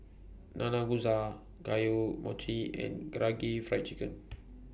Nanakusa Gayu Mochi and Karaage Fried Chicken